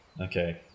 Okay